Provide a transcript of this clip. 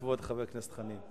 כבוד חבר הכנסת חנין.